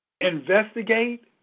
investigate